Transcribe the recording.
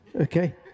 okay